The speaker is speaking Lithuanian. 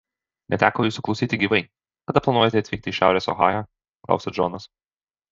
neteko jūsų klausyti gyvai kada planuojate atvykti į šiaurės ohają klausia džonas